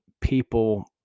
people